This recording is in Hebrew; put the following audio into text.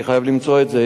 אני חייב למצוא את זה,